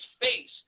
face